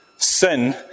Sin